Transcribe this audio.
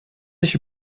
dich